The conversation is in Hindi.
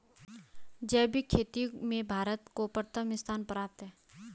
जैविक खेती में भारत को प्रथम स्थान प्राप्त है